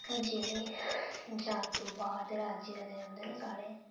जेह्ड़े यात्रू बाह्र दे राज्य दे औंदे न साढ़े